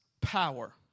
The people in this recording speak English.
power